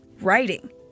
writing